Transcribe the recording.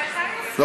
אבל שר התקשורת לחץ.